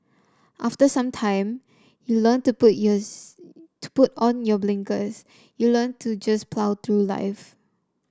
after some time you learn to put yours to put on your blinkers you learn to just plough through life